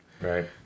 right